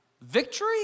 victory